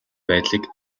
байдлыг